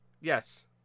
Yes